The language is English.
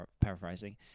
paraphrasing